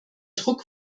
druck